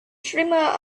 streamer